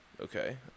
Okay